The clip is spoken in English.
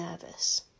nervous